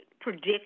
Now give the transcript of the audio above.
predict